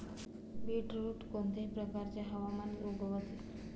beetroot कोणत्याही प्रकारच्या हवामानात उगवते